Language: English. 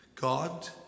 God